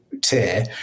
tier